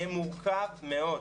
יהיה מורכב מאוד.